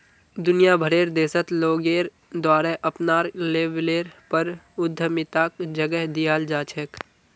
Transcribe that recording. दुनिया भरेर देशत लोगेर द्वारे अपनार लेवलेर पर उद्यमिताक जगह दीयाल जा छेक